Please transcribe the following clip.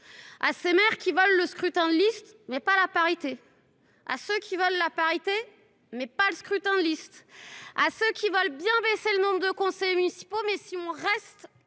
à ces maires qui veulent le scrutin de liste, mais pas la parité ? À ceux qui veulent la parité, mais pas le scrutin de liste ? À ceux qui veulent bien réduire les effectifs des conseils municipaux, à condition que